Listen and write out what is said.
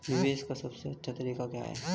निवेश का सबसे अच्छा तरीका क्या है?